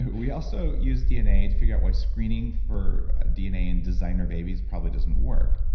we also used dna to figure out why screening for dna in designer babies probably doesn't work,